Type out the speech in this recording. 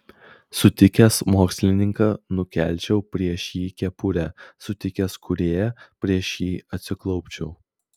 sutikęs mokslininką nukelčiau prieš jį kepurę sutikęs kūrėją prieš jį atsiklaupčiau